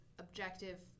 objective